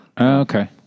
Okay